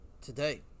today